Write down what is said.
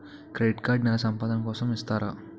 Credit card నెల సంపాదన కోసం ఇస్తారా?